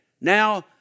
now